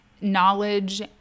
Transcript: knowledge